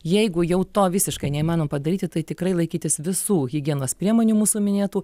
jeigu jau to visiškai neįmanoma padaryti tai tikrai laikytis visų higienos priemonių mūsų minėtų